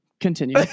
Continue